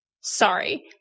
Sorry